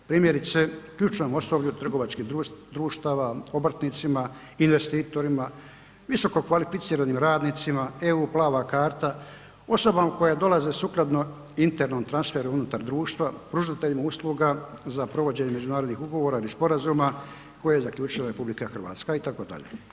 Primjerice, ključnom osoblju trgovačkih društava, obrtnicima, investitorima, visokokvalificiranim radnicima, EU plava karta, osobama koje dolaze sukladno internom transferu unutar društva, pružateljima usluga za provođenje međunarodnih ugovora ili sporazuma koje je zaključila RH itd.